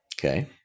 Okay